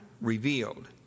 revealed